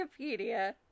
Wikipedia